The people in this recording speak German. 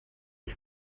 ich